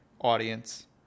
audience